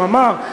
הוא אמר,